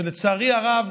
לצערי הרב